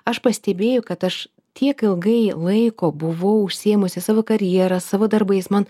aš pastebėjau kad aš tiek ilgai laiko buvau užsiėmusi savo karjera savo darbais man